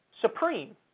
Supreme